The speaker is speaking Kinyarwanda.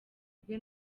rwe